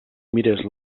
mires